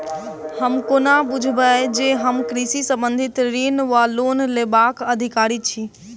हम कोना बुझबै जे हम कृषि संबंधित ऋण वा लोन लेबाक अधिकारी छी?